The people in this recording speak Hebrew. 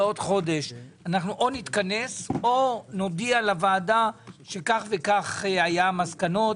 בעוד חודש או שנתכנס או שנודיע לוועדה שכך וכך היו המסקנות